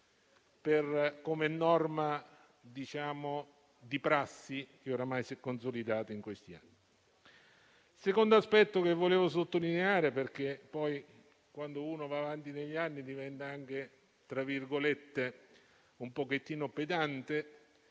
come norma di prassi che oramai si è consolidata in questi anni. Il secondo aspetto che vorrei sottolineare, visto che andando avanti negli anni si diventa anche un po' pedanti,